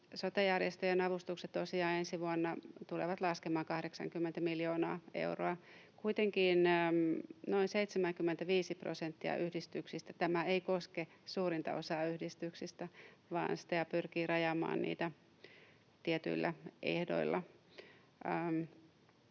Sote-järjestöjen avustukset tosiaan ensi vuonna tulevat laskemaan 80 miljoonaa euroa. Kuitenkin noin 75:tä prosenttia yhdistyksistä tämä ei koske — suurinta osaa yhdistyksistä — vaan STEA pyrkii rajaamaan niitä tietyillä ehdoilla.